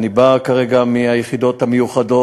אני בא כרגע מהיחידות המיוחדות,